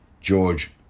George